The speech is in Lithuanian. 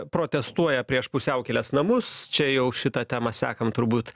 protestuoja prieš pusiaukelės namus čia jau šitą temą sekam turbūt